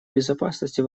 безопасности